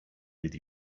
did